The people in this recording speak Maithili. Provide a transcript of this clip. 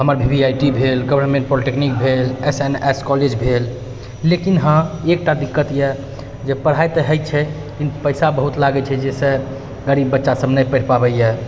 हमर भी आइ टी भेल गवर्नमेन्ट पॉलीटेक्निक भेल एस एन एस कॉलेज भेल लेकिन हँ एकटा दिकक्त अइ जे पढ़ाइ तऽ होइ छै लेकिन पैसा बहुत लागै छै जाहिसँ गरीब बच्चा सब नहि पढ़ि पाबैए